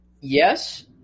Yes